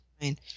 fine